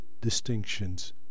distinctions